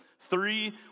Three